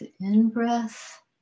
in-breath